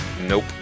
Nope